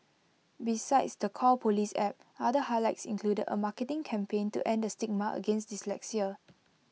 besides the call Police app other highlights included A marketing campaign to end the stigma against dyslexia